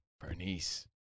Bernice